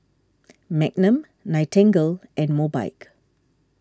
Magnum Nightingale and Mobike